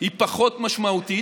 היא פחות משמעותית,